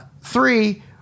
three